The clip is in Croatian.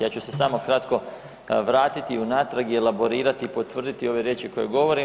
Ja ću se samo kratko vratiti unatrag i elaborirati i potvrditi ove riječi koje govorim.